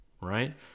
right